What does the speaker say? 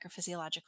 microphysiological